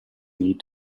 need